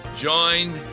join